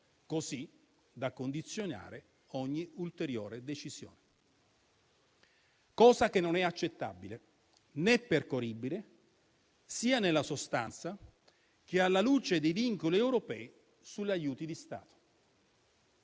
così da condizionare ogni ulteriore decisione, cosa che non è accettabile, né percorribile sia nella sostanza che alla luce dei vincoli europei sugli aiuti di Stato.